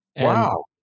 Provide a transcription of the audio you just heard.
Wow